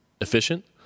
efficient